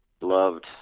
loved